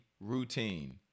routine